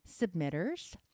submitters